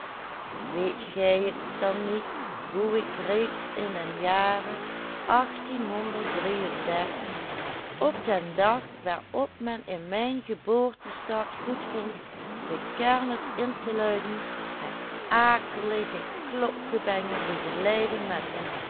op den dag waarop men in mijn geboortestad goedvond de kermis in te luiden het akelige klokgebengel begeleidde met een